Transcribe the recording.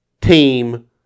team